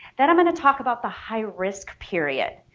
then i'm gonna talk about the high-risk period.